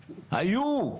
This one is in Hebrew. היו,